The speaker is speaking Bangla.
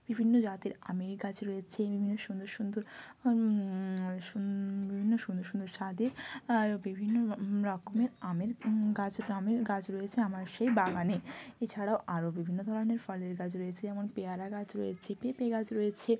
বিভিন্ন জাতের আমের গাছ রয়েছে বিভিন্ন সুন্দর সুন্দর সুন বিভিন্ন সুন্দর সুন্দর স্বাদের আর বিভিন্ন রকমের আমের গাছ আমের গাছ রয়েছে আমার সেই বাগানে এছাড়াও আরও বিভিন্ন ধরনের ফলের গাছ রয়েছে যেমন পেয়ারা গাছ রয়েছে পেঁপে গাছ রয়েছে